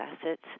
assets